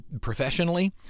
professionally